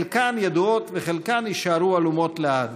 חלקן ידועות וחלקן יישארו עלומות לעד,